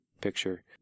picture